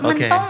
Okay